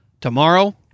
tomorrow